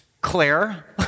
Claire